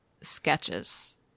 sketches